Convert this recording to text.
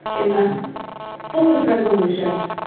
in the fullest resolution,